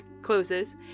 closes